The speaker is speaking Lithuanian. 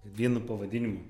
vienu pavadinimu